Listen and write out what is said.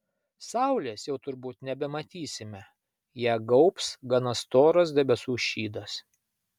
saulės jau turbūt nebematysime ją gaubs gana storas debesų šydas